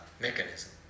mechanism